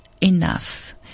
enough